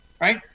right